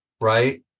right